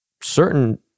certain